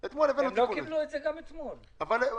כן, אבל זה לא נוגע לחוק, מיקי.